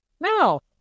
no